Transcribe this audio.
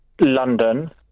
London